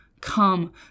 come